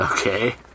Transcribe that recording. Okay